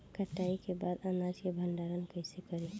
कटाई के बाद अनाज का भंडारण कईसे करीं?